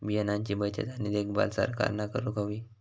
बियाणांची बचत आणि देखभाल सरकारना करूक हवी